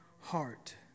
heart